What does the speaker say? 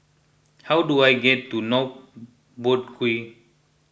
how do I get to North Boat Quay